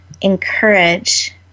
encourage